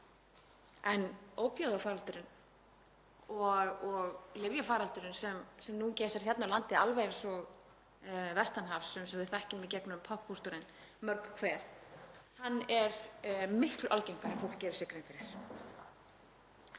en ópíóíðafaraldurinn og lyfjafaraldurinn sem nú geisar hérna um landið alveg eins og vestanhafs, eins og við þekkjum í gegnum poppkúltúrinn mörg hver, er miklu algengari en fólk gerir sér grein fyrir.